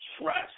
Trust